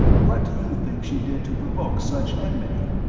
what do you think she did to provoke such enmity?